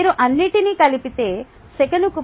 మీరు అన్నింటినీ కలిపితే సెకనుకు 15